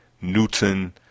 Newton